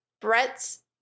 Brett's